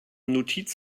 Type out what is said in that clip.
notiz